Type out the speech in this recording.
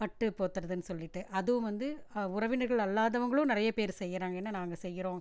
பட்டு போத்துறதுன்னு சொல்லிட்டு அதுவும் வந்து உறவினர்கள் இல்லாதவங்களும் நிறையா பேர் செய்கிறாங்க ஏன்னா நாங்கள் செய்கிறோம்